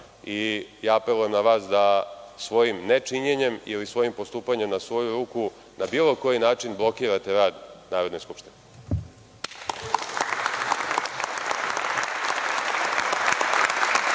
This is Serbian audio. i ja apelujem na vas da svojim nečinjenjem ili svojim postupanjem na svoju ruku na bilo koji način blokirate rad Narodne skupštine.